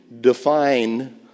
define